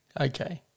okay